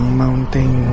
mountain